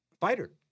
Fighter